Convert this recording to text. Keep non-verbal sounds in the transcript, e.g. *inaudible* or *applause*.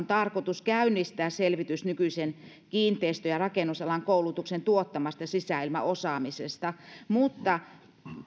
*unintelligible* tarkoitus käynnistää selvitys nykyisen kiinteistö ja rakennusalan koulutuksen tuottamasta sisäilmaosaamisesta mutta